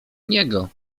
niego